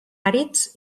àrids